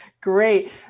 Great